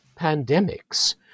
pandemics